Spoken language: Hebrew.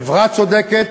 חברה צודקת,